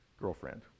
girlfriend